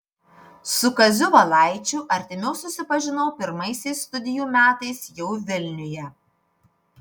su kaziu valaičiu artimiau susipažinau pirmaisiais studijų metais jau vilniuje